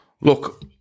look